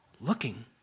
looking